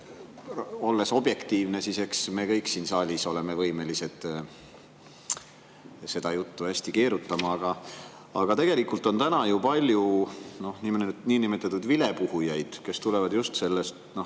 olles objektiivne – eks me kõik siin saalis oleme võimelised säärast juttu hästi keerutama. Aga tegelikult on täna ju palju niinimetatud vilepuhujaid, kes tulevad just sellest